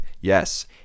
Yes